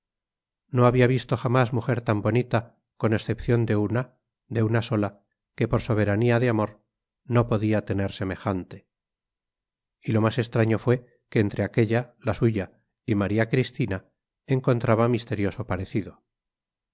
no había visto jamás mujer tan bonita con excepción de una de una sola que por soberanía de amor no podía tener semejante y lo más extraño fue que entre aquella la suya y maría cristina encontraba misterioso parecido